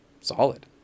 solid